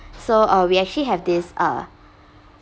so uh we actually have this uh